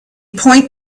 point